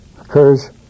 occurs